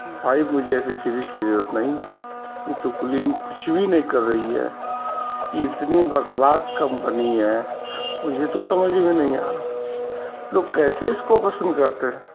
بھائی مجھے ایسی فریج کی ضرورت نہیں یہ تو کولنگ کچھ بھی نہیں کر رہی ہے یہ اتنی بکواس کمپنی ہے مجھے تو سمجھ میں نہیں آ رہا لوگ کیسے اس کو پسند کرتے ہیں